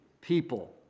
people